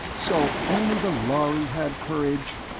so only the lhari had courage?